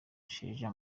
sheja